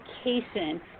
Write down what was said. education